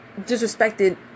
disrespected